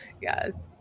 Yes